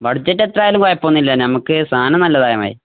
budget എത്രയായാലും കുഴപ്പമൊന്നുമില്ല നമുക്ക് സാധനം നല്ലതായാല് മതി